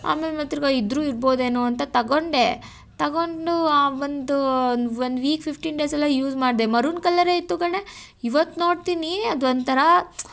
ಆಮೇಲ್ ಮತ್ತೆ ತಿರ್ಗಿ ಇದ್ದರೂ ಇರ್ಬೋದೇನೋ ಅಂತ ತಗೊಂಡೆ ತಗೊಂಡು ಆ ಒಂದು ಒಂದು ವೀಕ್ ಫಿಫ್ಟೀನ್ ಡೇಸೆಲ್ಲ ಯೂಸ್ ಮಾಡಿದೆ ಮರುನ್ ಕಲ್ಲರೇ ಇತ್ತು ಕಣೇ ಇವತ್ತು ನೋಡ್ತೀನಿ ಅದೊಂಥರ